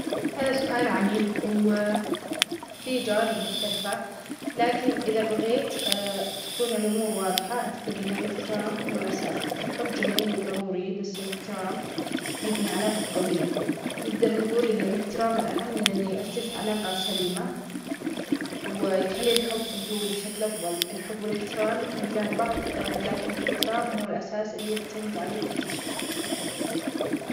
هذا سؤال عميق وفيه جوانب مختلفة، لكن إذا بغيت تكون الأمور واظحة، أعتقد أن الإحترام هو الأساس، الحب جميل وضروري بس الإحترام بيبنى علاقة قوية، نجدر نجول أنو الإحترام الأهم لأنه يؤسس علاقة سليمة ويخلى الحب يدوم بشكل أفظل، الحب والإحترام يكملان بعظ لكن الإحترام هو الأساس اللى يعتمد عليه في كل شيء.